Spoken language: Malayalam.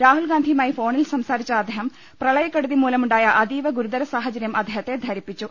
രാഹുൽഗാന്ധിയുമായി ഫോണിൽ സംസാരിച്ച അദ്ദേഹം പ്രളയക്കെടുതിമൂലമുണ്ടായ അതീവ ഗുരുതര സാഹ ചര്യം അദ്ദേഹത്തെ ധരിപ്പിച്ചു